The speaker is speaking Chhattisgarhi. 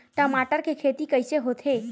टमाटर के खेती कइसे होथे?